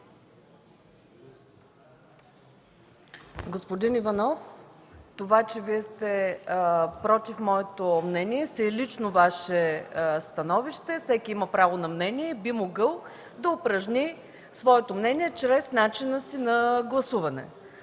Господин Иванов, че Вие сте против моето мнение, си е лично Ваше становище. Всеки има право на мнение и би могъл да упражни своето право на мнение чрез начина си на гласуване.